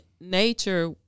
nature